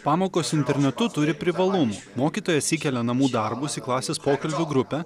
pamokos internetu turi privalumų mokytojas įkelia namų darbus į klasės pokalbių grupę